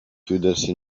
chiudersi